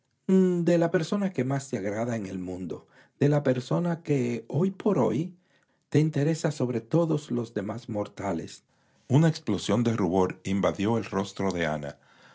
de la persona que más te agrada en el mundo de la persona que hoy por hoy te interesa sobre todos los demás mortales una explosión de rubor invadió el rostro de ana